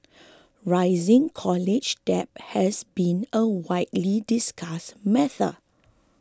rising college debt has been a widely discussed matter